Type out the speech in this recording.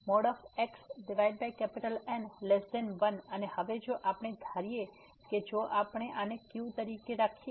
xN1 અને હવે જો આપણે ધારી શું કે જો આપણે આને q તરીકે ધારીશું